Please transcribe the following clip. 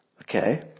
Okay